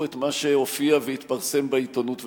את מה שהופיע והתפרסם בעיתונות ובתקשורת.